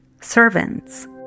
servants